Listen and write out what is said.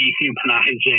dehumanizing